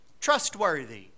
trustworthy